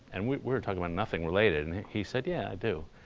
and we were talking about nothing related and he said, yeah, i do.